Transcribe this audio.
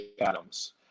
Adams